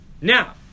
Now